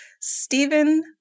Stephen